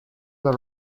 the